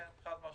כן, חד-משמעית.